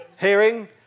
Hearing